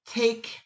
take